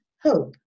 hope